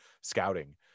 scouting